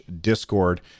discord